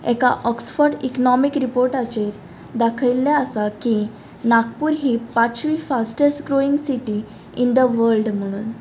एका Oxford economic रिपोर्टाचेर दाखयल्लें आसा की नागपूर ही पांचवी fastest growing city in the world म्हुणून